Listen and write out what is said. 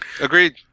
Agreed